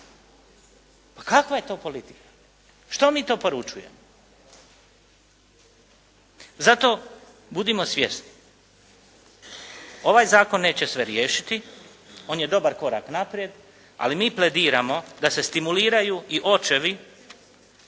Pa kakva je to politika? Što mi to poručujemo? Zato budimo svjesni, ovaj zakon neće sve riješiti, on je dobar korak naprijed, ali mi plediramo da stimuliraju i očevi,